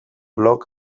blog